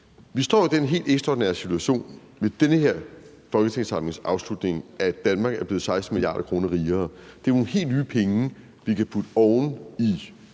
Vi står i den helt ekstraordinære situation ved den her folketingssamlings afslutning, at Danmark er blevet 16 mia. kr. rigere. Det er nogle helt nye penge, vi kan putte oven i